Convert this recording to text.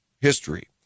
history